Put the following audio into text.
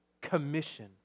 commission